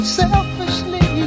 selfishly